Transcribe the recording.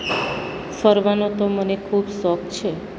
ફરવાનો તો મને ખૂબ શોખ છે